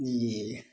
ई जे